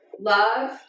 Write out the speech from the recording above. Love